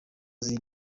zirya